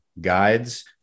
guides